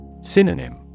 Synonym